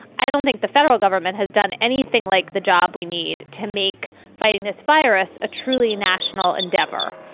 i don't think the federal government has done anything like the job we need to make fighting this virus a truly national endeavor.